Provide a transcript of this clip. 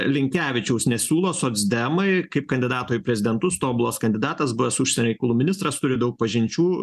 linkevičiaus nesiūlo socdemai kaip kandidato į prezidentus tobulas kandidatas buvęs užsienio reikalų ministras turi daug pažinčių